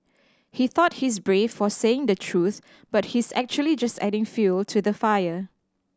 he thought he's brave for saying the truth but he's actually just adding fuel to the fire